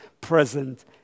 present